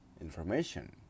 information